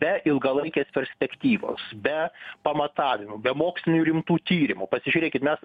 be ilgalaikės perspektyvos be pamatavimo be mokslinių rimtų tyrimų pasižiūrėkit mes